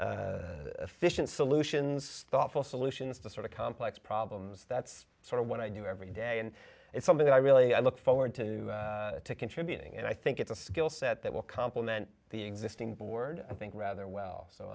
efficient solutions thoughtful solutions to sort of complex problems that's sort of what i do every day and it's something that i really i look forward to contributing and i think it's a skill set that will compliment the existing board i think rather well so